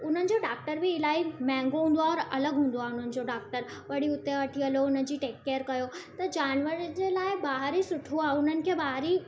उन्हनि जो डॉक्टर बि इलाही महांगो हूंदो आहे और अलॻि हूंदो आहे उन्हनि जो डॉक्टर वरी उते वठी हलो उन्हनि जी टेक केयर कयो त जानवर जे लाइ ॿाहिरि ई सुठो आहे उन्हनि खे ॿाहिरि ई